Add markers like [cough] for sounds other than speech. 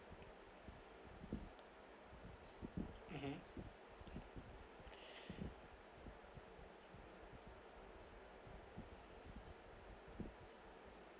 mmhmm [breath]